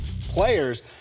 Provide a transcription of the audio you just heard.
players –